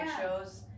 shows